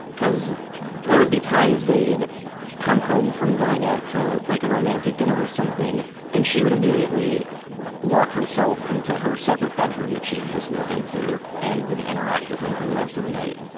because there would be times they'd come home from going out to like a romantic dinner or something and she would immediately lock herself into her separate bedroom that she had just moved into, and wouldn't interact with him for the rest of the night.